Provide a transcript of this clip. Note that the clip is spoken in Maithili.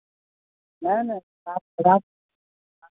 नहि नहि गाछ खराब